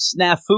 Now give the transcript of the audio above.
snafu